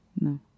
No